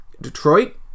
Detroit